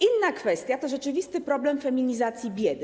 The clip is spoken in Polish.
Inna kwestia to rzeczywisty problem feminizacji biedy.